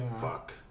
Fuck